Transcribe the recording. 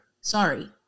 Sorry